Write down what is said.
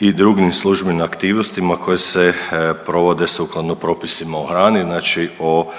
i drugim službenim aktivnostima koje se provode sukladno propisima o hrani. Znači o